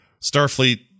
Starfleet